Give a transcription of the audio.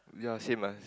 ya same as